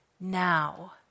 now